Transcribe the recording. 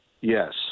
yes